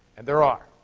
and there are.